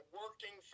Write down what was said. working